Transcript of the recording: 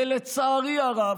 לצערי הרב,